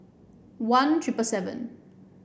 one Triple seven